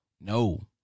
No